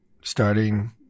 starting